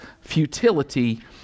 futility